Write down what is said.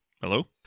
hello